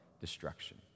destruction